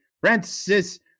Francis